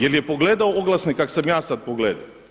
Jel je pogledao oglasnik kak sam ja sada pogledao?